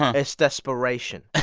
it's desperation.